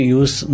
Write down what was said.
use